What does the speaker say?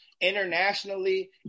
internationally